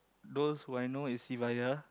those who I know is Sivaya